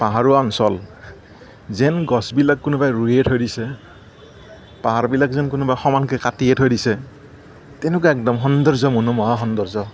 পাহাৰুৱা অঞ্চল যেন গছবিলাক কোনোবাই ৰুইয়ে থৈ দিছে পাহাৰবিলাক যেন কোনোবাই সমানকে কাটিহে থৈ দিছে তেনেকুৱা একদম সৌন্দৰ্য মনোমোহা সৌন্দৰ্য